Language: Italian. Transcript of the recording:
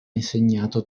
insegnato